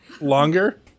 longer